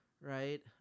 right